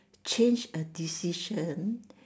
change a decision